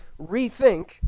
rethink